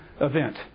event